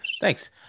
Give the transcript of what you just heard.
Thanks